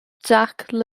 jacques